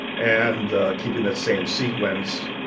and keeping that same sequence,